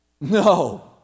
No